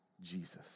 Jesus